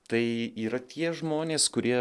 tai yra tie žmonės kurie